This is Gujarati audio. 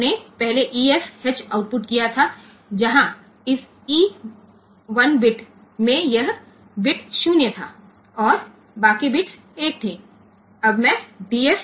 તેથી આપણે અગાઉ EFX આઉટપુટ કરી રહ્યા છીએ કે જ્યાં આ e 1 આ બીટ હતો અને આ બીટ 0 હતો અને બાકીના બીટ્સ 1 હતા